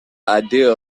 idea